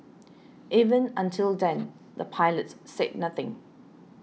even until then the pilots said nothing